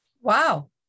Wow